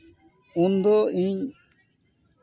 ᱩᱱ ᱫᱚ ᱤᱧ